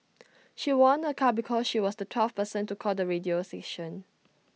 she won A car because she was the twelfth person to call the radio station